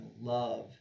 love